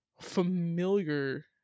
familiar